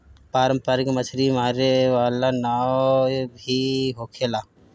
पारंपरिक मछरी मारे वाला नाव भी होखेला